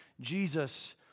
Jesus